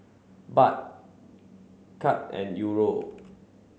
Baht Kyat and Euro